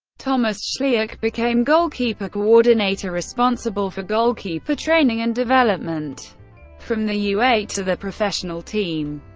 thomas schlieck became goalkeeper coordinator, responsible for goalkeeper training and development from the u eight to the professional team.